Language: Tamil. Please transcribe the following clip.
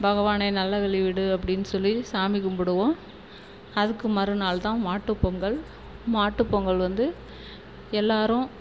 பகவானே நல்ல வழி விடு அப்படின்னு சொல்லி சாமி கும்பிடுவோம் அதுக்கு மறுநாள் தான் மாட்டுப்பொங்கல் மாட்டுப்பொங்கல் வந்து எல்லோரும்